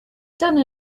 done